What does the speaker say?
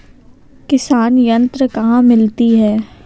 किसान यंत्र कहाँ मिलते हैं?